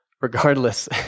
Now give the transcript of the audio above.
Regardless